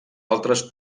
altres